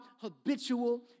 habitual